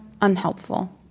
unhelpful